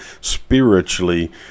spiritually